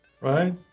Right